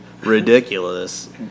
ridiculous